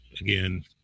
again